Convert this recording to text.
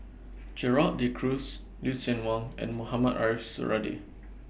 Gerald De Cruz Lucien Wang and Mohamed Ariff Suradi